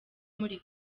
muri